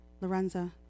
Lorenza